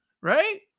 right